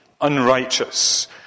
unrighteous